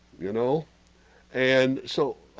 you know and so